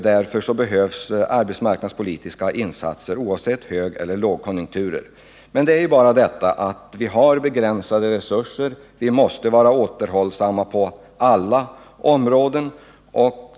Därför behövs arbetsmarknadspolitiska insatser oavsett om det råder högeller lågkonjunktur. Men vi har begränsade resurser. Vi måste vara återhållsamma på alla områden.